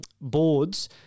boards